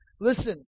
listen